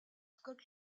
scott